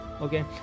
okay